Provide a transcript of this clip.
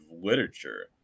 literature